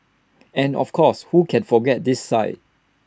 and of course who can forget this sight